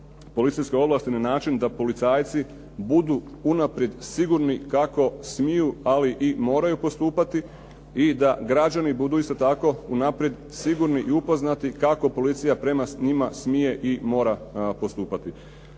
policijske ovlasti na način da policajci budu unaprijed sigurno kako smiju, ali i moraju postupati i da građani budu isto tako unaprijed sigurni i upoznati kako policija prema njima smije i mora postupati.